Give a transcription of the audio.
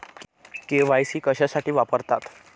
KYC कशासाठी वापरतात?